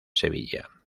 sevilla